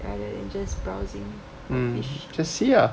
rather than just browsingish